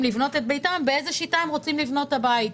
לבנות את ביתם באיזו שיטה הם רוצים לבנות את הבית.